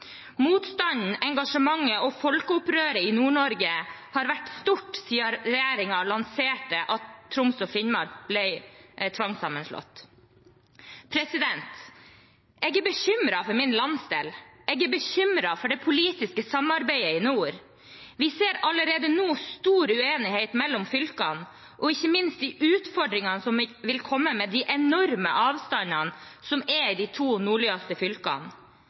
Motstanden, engasjementet og folkeopprøret i Nord-Norge har vært stort siden regjeringen lanserte at Troms og Finnmark blir tvangssammenslått. Jeg er bekymret for min landsdel, jeg er bekymret for det politiske samarbeidet i nord. Vi ser allerede nå stor uenighet mellom fylkene og ikke minst de utfordringene som vil komme med de enorme avstandene som er i de to nordligste fylkene,